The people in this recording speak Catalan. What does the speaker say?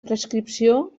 prescripció